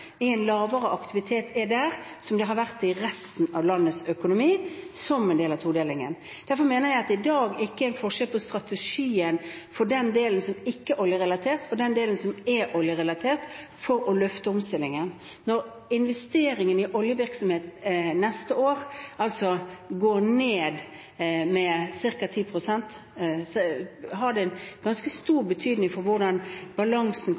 en lavere aktivitet er der, som det har vært i resten av landets økonomi, som en del av todelingen. Derfor mener jeg at det i dag ikke er en forskjell på strategien for den delen som ikke er oljerelatert, og den delen som er oljerelatert, for å løfte omstillingen. Når investeringen i oljevirksomhet neste år går ned med ca. 10 pst., har det en ganske stor betydning for hvordan balansen